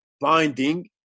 binding